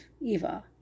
Eva